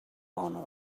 honor